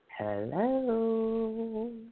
Hello